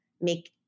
make